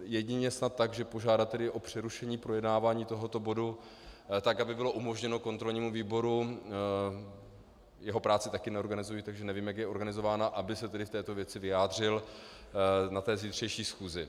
Jedině snad tak, že požádat o přerušení projednávání tohoto bodu tak, aby bylo umožněno kontrolnímu výboru jeho práci také neorganizuji, takže nevím, jak je organizována , aby se k této věci vyjádřil na zítřejší schůzi.